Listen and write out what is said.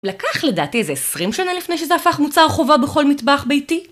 לקח לדעתי איזה עשרים שנה לפני שזה הפך מוצר חובה בכל מטבח ביתי?